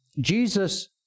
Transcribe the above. Jesus